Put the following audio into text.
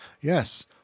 Yes